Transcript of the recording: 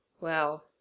Well